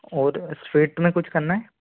और स्वीट में कुछ करना है